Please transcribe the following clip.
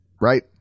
Right